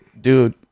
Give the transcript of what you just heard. dude